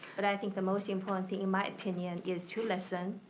but i think the most important thing, in my opinion, is to listen,